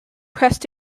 pressed